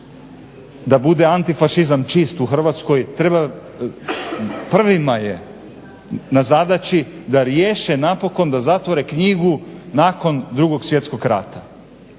da bude antifašizam čist u Hrvatskoj treba prvima je na zadaći da riješe napokon da zatvore knjigu nakon 2. svjetskog rata.